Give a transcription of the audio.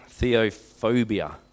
Theophobia